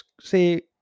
say